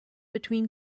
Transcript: between